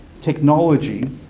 technology